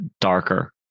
darker